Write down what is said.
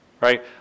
right